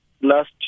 last